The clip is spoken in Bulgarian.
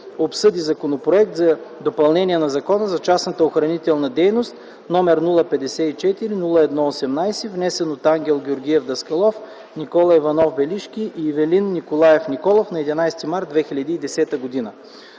обсъди Законопроект за допълнение на Закона за частната охранителна дейност, № 054-01-18, внесен от Ангел Георгиев Даскалов, Никола Иванов Белишки и Ивелин Николаев Николов на 11 март 2010 г.